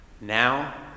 now